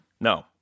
No